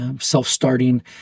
self-starting